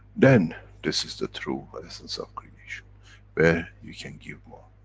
then, this is the true but essence of creation, where you can give more.